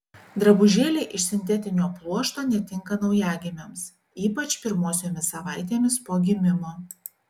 drabužėliai iš sintetinio pluošto netinka naujagimiams ypač pirmosiomis savaitėmis po gimimo